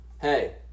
Hey